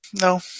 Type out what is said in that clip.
No